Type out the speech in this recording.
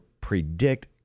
predict